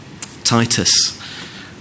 Titus